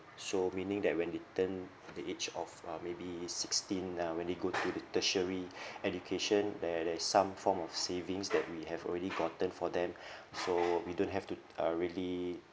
so meaning that when they turn the age of uh maybe sixteen uh when they go to the tertiary education there there's some form of savings that we have already gotten for them so we don't have to uh really